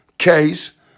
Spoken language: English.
Case